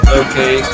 okay